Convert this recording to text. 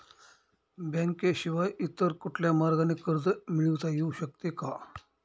बँकेशिवाय इतर कुठल्या मार्गाने कर्ज मिळविता येऊ शकते का?